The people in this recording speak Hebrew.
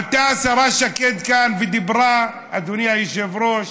עלתה השרה שקד כאן ודיברה, אדוני היושב-ראש,